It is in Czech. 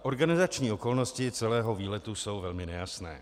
Organizační okolnosti celého výletu jsou velmi nejasné.